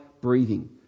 breathing